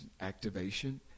Activation